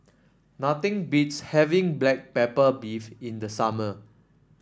nothing beats having Black Pepper Beef in the summer